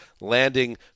landing